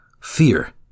fear